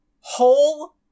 whole